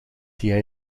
jij